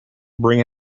bring